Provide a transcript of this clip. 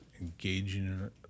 engaging